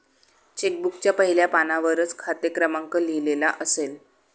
check बुकच्या पहिल्या पानावरच खाते क्रमांक लिहिलेला असेल